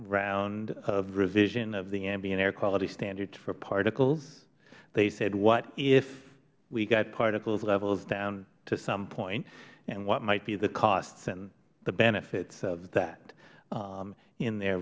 round of revision of the ambient air quality standards for particles they said what if we got particle levels down to some point and what might be the costs and the benefits of that in their